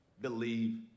believe